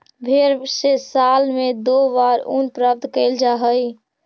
भेंड से साल में दो बार ऊन प्राप्त कैल जा हइ